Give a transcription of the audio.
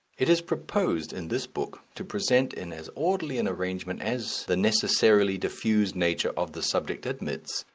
it is proposed in this book to present in as orderly an arrangement as the necessarily diffused nature of the subject admits,